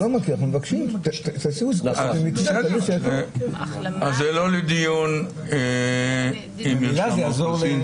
זה לא לדיון עם מרשם האוכלוסין,